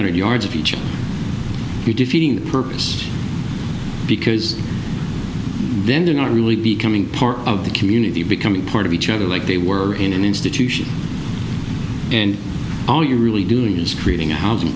hundred yards of each of you defeating the purpose because then they're not really becoming part of the community becoming part of each other like they were in an institution and all you're really doing is creating a housing